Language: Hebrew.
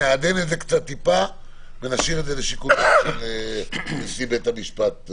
נעדן את זה טיפה ונשאיר את זה לשיקול דעת של נשיא בית המשפט.